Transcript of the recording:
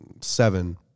seven